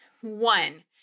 One